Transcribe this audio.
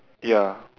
ya